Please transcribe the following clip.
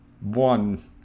one